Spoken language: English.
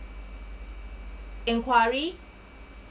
fair inquiry